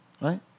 right